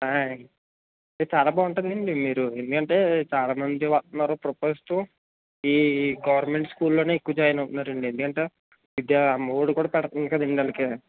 ఆయి ఇది చాలా బాగుంటుందండి మీరు ఎందుకంటే చాలా మంది వస్తున్నారు పుపిల్సు ఈ గవర్నమెంట్ స్కూల్లోనే ఎక్కువ జాయిన్ అవుతున్నారండి ఎందుకంటే విద్యా అమ్మవొడి కూడా పడుతుంది కదండి వాళ్ళకి